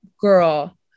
girl